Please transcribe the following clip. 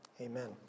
Amen